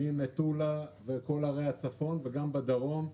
ממטולה ובכל ערי הצפון וגם בדרום,